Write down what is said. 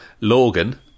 Logan